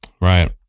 Right